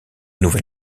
nouvel